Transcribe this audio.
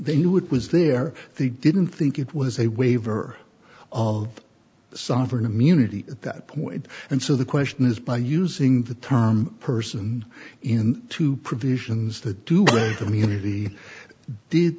they knew it was there they didn't think it was a waiver of sovereign immunity at that point and so the question is by using the term person in two provisions the dewberry community did